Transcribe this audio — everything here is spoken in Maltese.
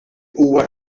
huwa